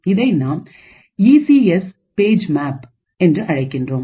இதை நாம் E C S பக்க மேப் என்று அழைக்கின்றோம்